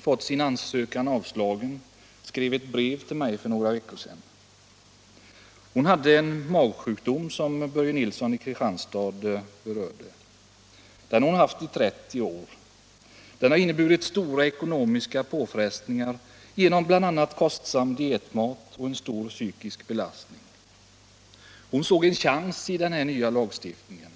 fått sin ansökan avslagen skrev ett brev till mig för några veckor sedan. Hon har under 30 år lidit av en magsjukdom av den typ som herr Nilsson i Kristianstad nämnde, vilket inneburit stora ekonomiska påfrestningar genom bl.a. kostsam dietmat och en stor psykisk belastning. Denna kvinna såg en chans i den nya lagstiftningen.